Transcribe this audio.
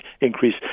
increase